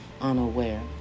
unaware